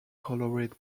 colored